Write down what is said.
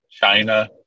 China